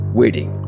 waiting